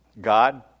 God